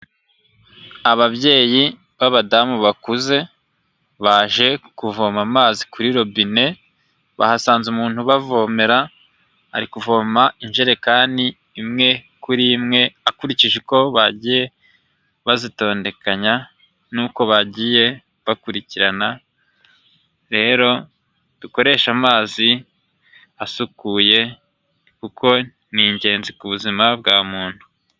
Ababyeyi b'abadamu bakuze baje kuvoma amazi kuri robine bahasanze umuntu ubavomera, ari kuvoma injerekani imwe kuri imwe akurikije uko bagiye bazitondekanya nuko bagiye bakurikirana, rero dukoreshe amazi asukuye kuko ni ingenzi ku buzima bwa muntu.